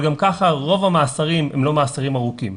גם ככה רוב המאסרים הם לא מאסרים ארוכים.